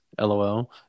lol